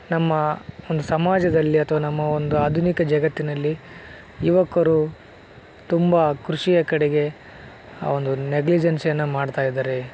ನಮ್ಮ ಒಂದು ಸಮಾಜದಲ್ಲಿ ಅಥವಾ ನಮ್ಮ ಒಂದು ಆಧುನಿಕ ಜಗತ್ತಿನಲ್ಲಿ ಯುವಕರು ತುಂಬ ಕೃಷಿಯ ಕಡೆಗೆ ಆ ಒಂದು ನೆಗ್ಲಿಜೆನ್ಸಿಯನ್ನು ಮಾಡ್ತಾ ಇದ್ದಾರೆ